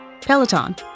Peloton